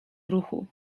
ruchu